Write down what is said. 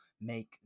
make